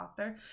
author